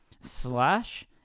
Slash